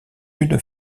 une